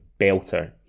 belter